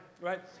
right